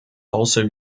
also